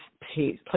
place